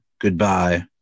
Goodbye